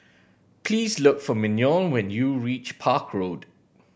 please look for Mignon when you reach Park Road